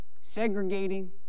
segregating